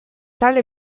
tale